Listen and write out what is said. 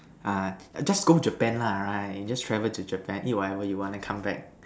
ah just go Japan lah ha right just travel to Japan eat whatever you want then come back